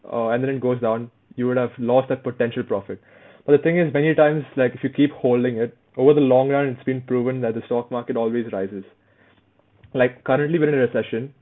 err and then it goes down you would have lost that potential profit but the thing is many times like if you keep holding it over the long run it's been proven that the stock market always rises like currently we're in a recession